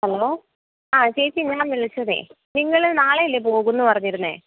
hello ആ ചേച്ചി ഞാൻ വിളിച്ചതേ നിങ്ങൾ നാളെയല്ലേ പോകും എന്ന് പറഞ്ഞിരുന്നത്